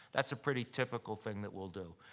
that's a pretty typical thing that we'll do.